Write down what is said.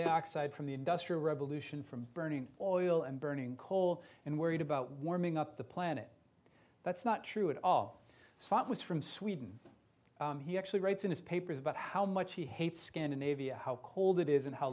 dioxide from the industrial revolution from burning oil and burning coal and worried about warming up the planet that's not true at all scott was from sweden he actually writes in his papers about how much he hates scandinavia how cold it is and how